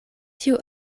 tiu